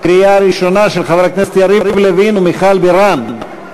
של חברי הכנסת יריב לוין ומיכל בירן,